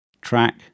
Track